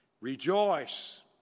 Rejoice